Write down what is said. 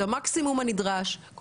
את המקסימום הנדרש,